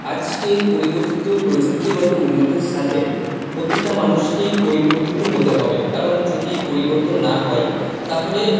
আজকে পরিবর্তিত প্রযুক্তিগত উন্নতির সাথে প্রত্যেকটা মানুষকেই পরিবর্তিত হতে হবে কারণ যদি পরিবর্তন না হয় তাহলে